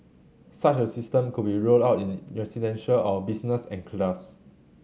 such a system could be rolled out in residential or business enclaves